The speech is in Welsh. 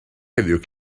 heddiw